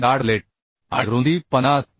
जाड प्लेट आणि रुंदी 50 मि